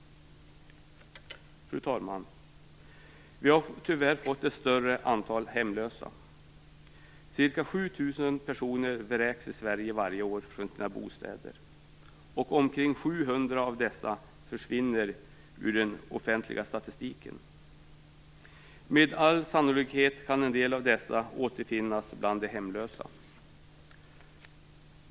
Fru talman! Vi har tyvärr fått ett större antal hemlösa. Ca 7 000 personer vräks i Sverige varje år från sina bostäder, och omkring 700 av dessa försvinner ur den offentliga statistiken. Med största sannolikhet kan en del av dessa återfinnas bland de hemlösa.